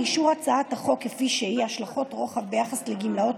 לאישור הצעת החוק כפי שהיא השלכות רוחב ביחס לגמלאות